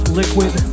liquid